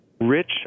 rich